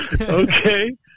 Okay